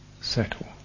settle